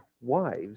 wives